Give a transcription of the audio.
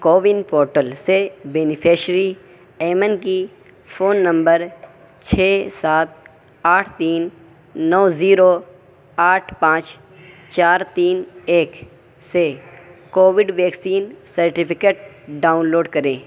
CoWIN portal سے beneficiary Aiman کی phone number چھ سات آٹھ تین نو زیرو آٹھ پانچ چار تین ایک سے Covid vaccine certificate download کریں